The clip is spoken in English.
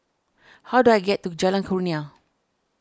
how do I get to Jalan Kurnia